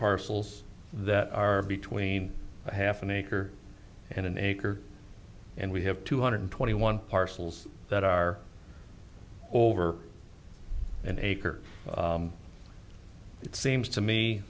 parcels that are between half an acre and an acre and we have two hundred twenty one parcels that are over an acre it seems to me